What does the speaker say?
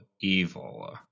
evil